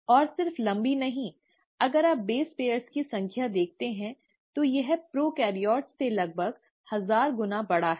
और सिर्फ लंबी नहीं अगर आप आधार जोड़े की संख्या देखते हैं तो यह प्रोकैरियोट्स से लगभग हजार गुना बड़ा है